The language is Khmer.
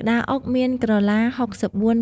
ក្តារអុកមានក្រឡា ៦៤